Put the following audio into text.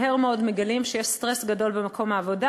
מהר מאוד מגלים שיש סטרס גדול במקום העבודה.